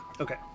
Okay